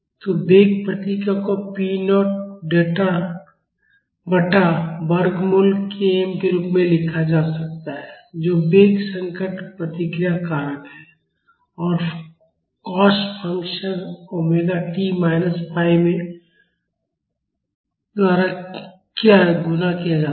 तो वेग प्रतिक्रिया को पी नॉट बटा वर्गमूल km के रूप में लिखा जा सकता है जो वेग संकट प्रतिक्रिया कारक है और cos function omega t minus phi में द्वारा गुणा किया जाता है